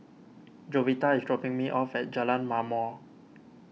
Jovita is dropping me off at Jalan Ma'mor